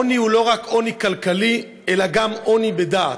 העוני הוא לא רק עוני כלכלי, אלא גם עוני בדעת.